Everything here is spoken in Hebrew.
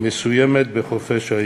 מסוימת בחופש העיסוק,